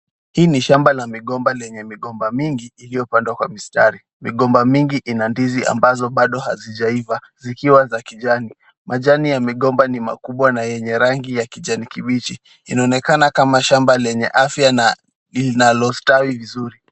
Hii ni shamba la migomba lenye migomba mingi iliyopandwa kwa mistari. Migomba mingi ina ndizi ambazo bado hazijaiva zikiwa za kijani. Majani ya migomba ni makubwa na yenye rangi ya kijani kibichi. Inaonekana kama shamba lenye afya na inalostawi vizuri.